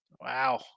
Wow